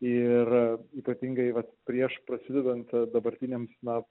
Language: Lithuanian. ir ypatingai prieš prasidedant dabartiniams na